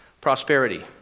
prosperity